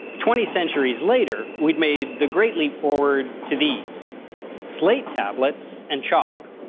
twenty centuries later, we'd made the great leap forward to these slate tablets and chalk.